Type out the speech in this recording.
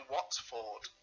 Watford